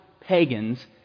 pagans